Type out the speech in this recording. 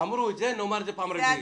אמרו את זה, נאמר את זה פעם רביעית.